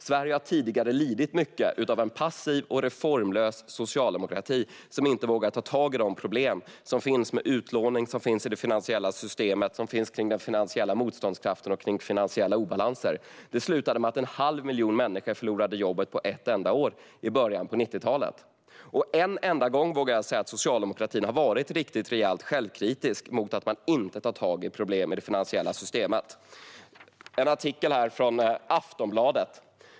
Sverige har tidigare lidit mycket av en passiv och reformlös socialdemokrati som inte vågar ta tag i de problem som finns med utlåning och som finns i det finansiella systemet, kring den finansiella motståndskraften och kring finansiella obalanser. Det slutade med att en halv miljon människor förlorade jobbet på ett enda år i början av 90-talet. En enda gång har socialdemokratin, vågar jag säga, varit rejält självkritisk mot att man inte tog tag i problem i det finansiella systemet. Jag håller här upp en artikel från Aftonbladet.